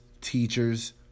teachers